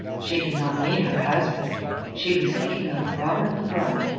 she did not mean her husband she was thinking of robert lebrun.